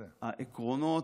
העקרונות,